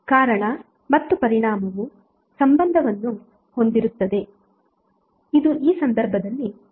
ಕಾರಣ ಮತ್ತು ಪರಿಣಾಮವು ಸಂಬಂಧವನ್ನು ಹೊಂದಿರುತ್ತದೆ ಇದು ಈ ಸಂದರ್ಭದಲ್ಲಿ ರೇಖೀಯವಾಗಿರುತ್ತದೆ